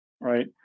right